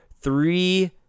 three